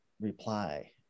reply